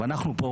ואנחנו פה,